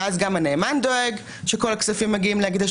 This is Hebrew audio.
שאז גם הנאמן דואג שכל הכספים מגיעים להקדש